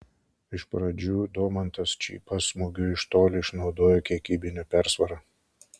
iš pradžių domantas čypas smūgiu iš toli išnaudojo kiekybinę persvarą